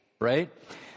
right